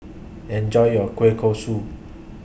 Enjoy your Kueh Kosui